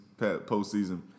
postseason